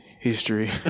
history